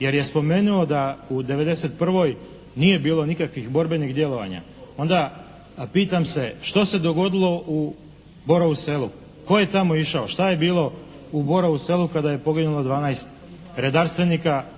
jer je spomenuo da u '91. nije bilo nikakvih borbenih djelovanja, onda pitam se što se dogodilo u Borovu selu? Tko je tamo išao? Šta je bilo u Borovu selu kada je poginulo 12 redarstvenika, čiji